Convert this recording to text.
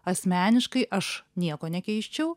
asmeniškai aš nieko nekeisčiau